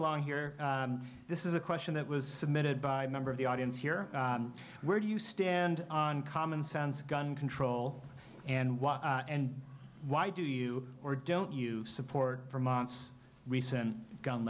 along here this is a question that was submitted by a member of the audience here where do you stand on commonsense gun control and why and why do you or don't you support for months recent gun